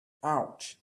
ouch